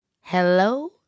Hello